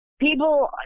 People